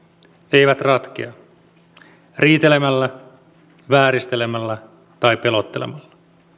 eivät ratkea riitelemällä vääristelemällä tai pelottelemalla